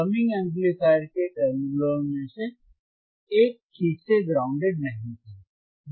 summing amplifier के टर्मिनलों में से एक ठीक से ग्राउंडेड नहीं था